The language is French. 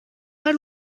pas